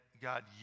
God